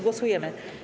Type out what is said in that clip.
Głosujemy.